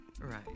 Right